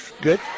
Good